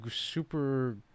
super